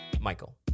Michael